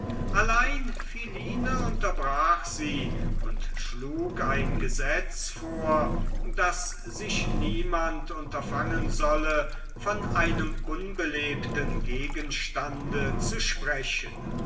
allein philine unterbrach sie und schlug ein gesetz vor daß sich niemand unterfangen solle von einem unbelebten gegenstand zu sprechen